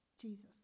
Jesus